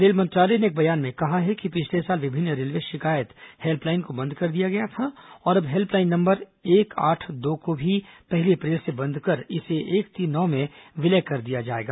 rail मंत्रालय ने एक बयान में कहा कि पिछले साल विभिन्न रेलवे शिकायत हेल्पलाइन को बंद कर दिया गया था और अब हेल्पलाइन नंबर एक आठ दो भी पहली अप्रैल से बंद कर इसे एक तीन नौ में विलय कर दिया जाएगा